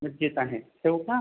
नक्कीच आहे ठेवू का